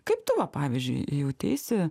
kaip tu va pavyzdžiui jauteisi